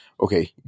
Okay